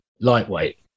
lightweight